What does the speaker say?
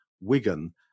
Wigan